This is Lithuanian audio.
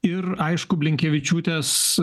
ir aišku blinkevičiūtės